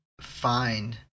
find